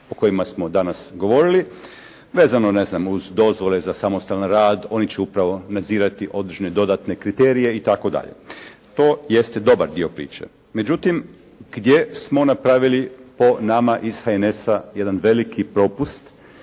o kojima smo danas govorili vezano ne znam uz dozvole za samostalan rad, oni će upravo nadzirati određene dodatne kriterije itd. To jeste dobar dio priče. Međutim gdje smo napravili po nama iz HNS-a jedan veliki propust